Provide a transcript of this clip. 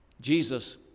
Jesus